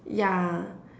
yeah